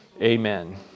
Amen